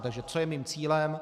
Takže co je mým cílem?